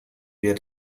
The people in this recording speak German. wir